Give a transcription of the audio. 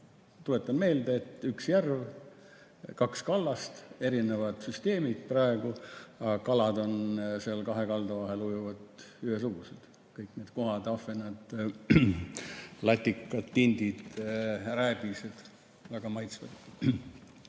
Tuletan meelde, et üks järv, kaks kallast, erinevad süsteemid. Kalad, kes seal kahe kalda vahel ujuvad, on ühesugused, kõik need kohad, ahvenad, latikad, tindid, rääbised, väga maitsvad.